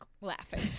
laughing